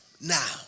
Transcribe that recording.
Now